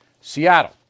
Seattle